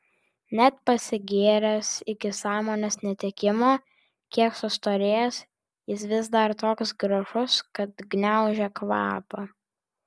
net pasigėręs iki sąmonės netekimo kiek sustorėjęs jis vis dar toks gražus kad gniaužia kvapą